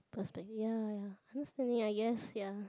prospect ya ya understanding I guess ya